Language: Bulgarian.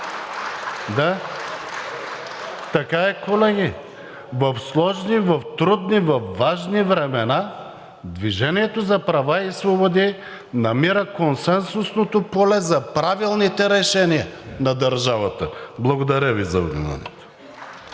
ДПС.) Така е, колеги. В сложни, в трудни, във важни времена „Движение за права и свободи“ намира консенсусното поле за правилните решения на държавата. Благодаря Ви за вниманието.